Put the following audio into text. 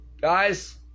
Guys